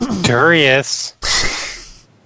Darius